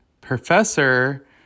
professor